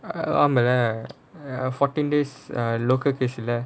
ஆமா:aamaa lah fourteen days local case eh lah